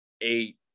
eight